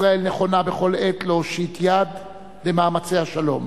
ישראל נכונה בכל עת להושיט יד למאמצי השלום,